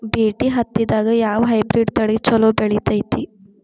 BT ಹತ್ತಿದಾಗ ಯಾವ hybrid ತಳಿ ಛಲೋ ಬೆಳಿತೈತಿ?